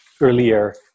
earlier